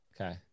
Okay